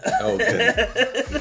okay